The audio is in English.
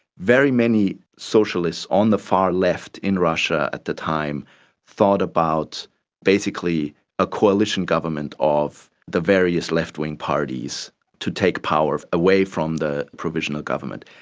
very many socialists on the far left in russia at the time thought about basically a coalition government of the various left-wing parties to take power away from the provisional government.